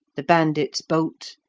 the bandit's bolt,